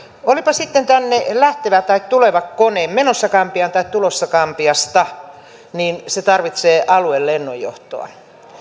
olipa sitten tänne lähtevä tai tuleva kone menossa gambiaan tai tulossa gambiasta niin se tarvitsee aluelennonjohtoa